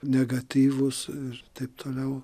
negatyvus ir taip toliau